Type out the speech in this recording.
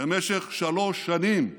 במשך שלוש שנים תמימות,